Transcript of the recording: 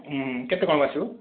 ହୁଁ କେତେ କ'ଣ ବାଛିବ